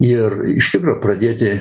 ir iš tikro pradėti